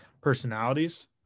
personalities